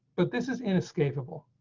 but this is inescapable.